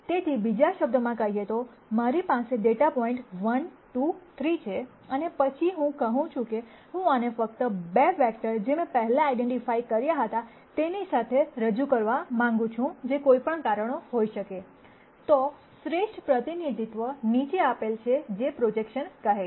તેથી બીજા શબ્દોમાં કહીએ તો જો મારી પાસે ડેટા પોઇન્ટ 1 2 3 છે અને પછી હું કહું છું કે હું આને ફક્ત 2 વેક્ટર જે મેં પેહલા આઈડેન્ટીફાય કર્યા હતા તેની સાથે રજૂ કરવા માંગુ છું કે જે કોઈ પણ કારણો હોઈ શકે તો શ્રેષ્ઠ પ્રતિનિધિત્વ નીચે આપેલ છે પ્રોજેકશન કહે છે